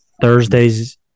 thursdays